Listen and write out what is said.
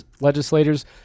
legislators